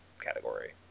category